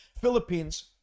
Philippines